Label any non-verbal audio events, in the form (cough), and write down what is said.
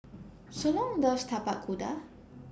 (noise) Solon loves Tapak Kuda